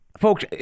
Folks